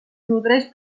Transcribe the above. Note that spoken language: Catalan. nodreix